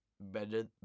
better